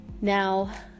now